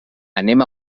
anem